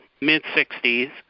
mid-60s